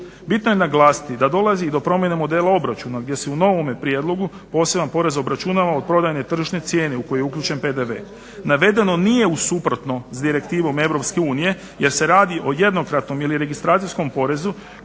Bitno je naglasiti da dolazi i do promjene modela obračuna, gdje se u novome prijedlogu poseban porez obračunava od prodajne tržišne cijene u koju je uključen PDV. Navedeno nije u suprotnom s direktivom EU jer se radi o jednokratnom ili registracijskom porezu